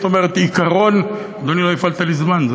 זאת אומרת, עיקרון, אדוני, לא הפעלת לי זמן.